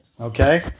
Okay